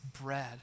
bread